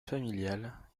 familial